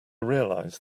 realize